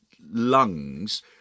lungs